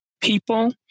people